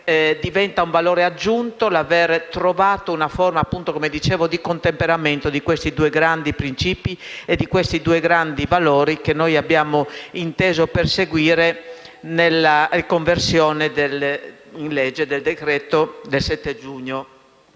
diventa un valore aggiunto l'aver trovato una forma di contemperamento di questi due grandi principi e valori che abbiamo inteso perseguire nella conversione in legge del decreto-legge n.